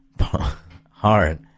Hard